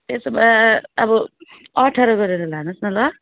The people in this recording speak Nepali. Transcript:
त्यसो भए अब अठार गरेर लानुहोस् न ल